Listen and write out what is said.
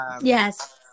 Yes